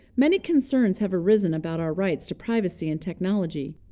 many concerns have arisen about our rights to privacy in technology.